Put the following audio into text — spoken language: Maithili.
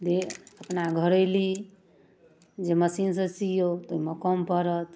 जे अपना घरैली जे मशीनसँ सिऔ तऽ ओहिमे कम पड़त